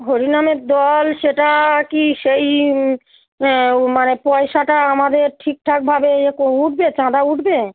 হরিনামের দল সেটা কি সেই মানে পয়সাটা আমাদের ঠিকঠাকভাবে একো উঠবে চাঁদা উঠবে